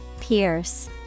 Pierce